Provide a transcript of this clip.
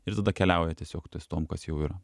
ir tada keliauja tiesiog ties tuom kas jau yra